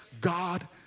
God